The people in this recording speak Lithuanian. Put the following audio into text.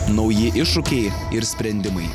nauji iššūkiai ir sprendimai